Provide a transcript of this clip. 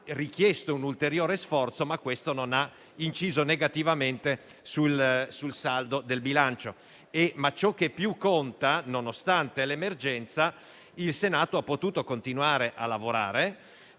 un ulteriore sforzo, senza che ciò incidesse negativamente sul saldo del bilancio. Ciò che più conta, nonostante l'emergenza, è che il Senato abbia potuto continuare a lavorare.